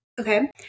Okay